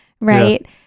right